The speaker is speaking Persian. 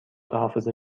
حافظه